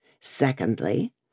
Secondly